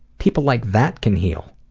people like that can heal,